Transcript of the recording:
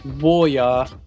Warrior